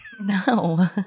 No